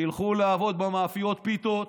שילכו לעבוד במאפיות הפיתות,